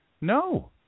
No